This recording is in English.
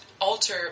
alter